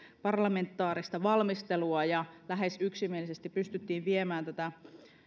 parlamentaarista valmistelua ja lähes yksimielisesti pystyttiin viemään tätä